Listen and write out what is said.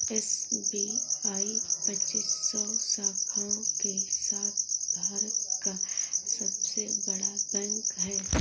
SBI पच्चीस सौ शाखाओं के साथ भारत का सबसे बड़ा बैंक है